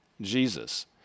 jesus